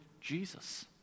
Jesus